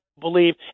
believe